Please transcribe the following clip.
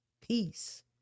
peace